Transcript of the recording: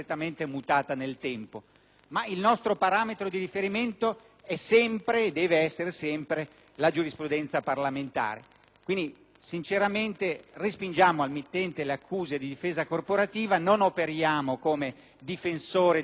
Ma il nostro parametro di riferimento è sempre, e deve essere sempre, la giurisprudenza parlamentare. Quindi, sinceramente respingiamo al mittente le accuse di difesa corporativa: non operiamo come difensori della corporazione e della casta,